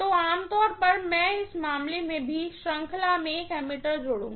तो आम तौर पर मैं इस मामले में भी सीरीज में एक एमीटर जोड़ूँगी